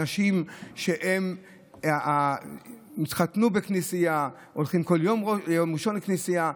אלה אנשים שהתחתנו בכנסייה והולכים כל יום ראשון לכנסייה,